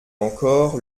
encore